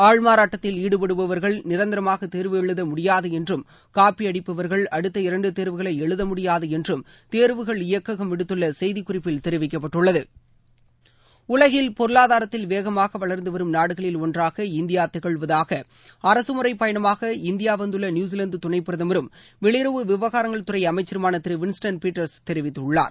ஆள்மாறாட்டத்தில் ஈடுபடுபவர்கள் நிரந்தரமாக தேர்வு எழுத முடியாது என்றும் காப்பி அடிப்பவர்கள் அடுத்த இரண்டு தேர்வுகளை எழுத முடியாது என்றும் தேர்வுகள் இயக்ககம் விடுத்துள்ள செய்திக்குறிப்பில் தெரிவிக்கப்பட்டுள்ளது உலகில் பொருளாதாரத்தில் வேகமாக வளர்ந்து வரும் நாடுகளில் ஒன்றாக இந்தியா திகழ்வதாக அரசுமுறை பயணமாக இந்தியா வந்துள்ள நியுசிவாந்து துணை பிரதமரும் வெளியுறவு விவகாரங்கள் துறை அமைச்சருமான திருவின்ஸ்டன் பீட்டர்ஸ் தெரிவித்துள்ளார்